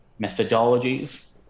methodologies